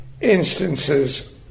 instances